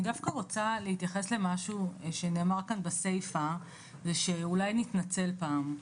אני דווקא רוצה להתייחס למשהו שנאמר כאן בסיפה וזה שאולי נתנצל פעם.